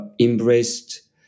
embraced